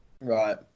Right